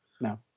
no